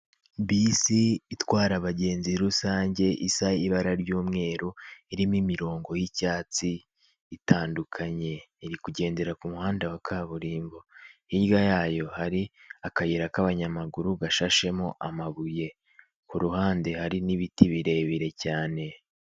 Bisi itwara abagenzi rusange isa ibara ry'umweru irimo imirongo y'icyatsi itandukanye, iri kugendera ku muhanda wa kaburimbo hirya yayo hari akayira k'abanyamaguru gashashemo amabuye, kuruhande harimo ibiti birebire cyane.